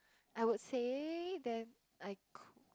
I would say then I c~